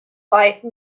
life